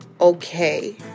okay